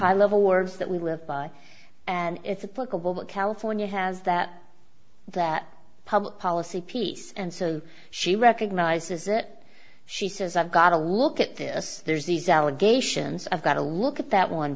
i love awards that we live by and it's a california has that that public policy piece and so she recognizes it she says i've got to look at this there's these allegations about a look at that one